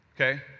okay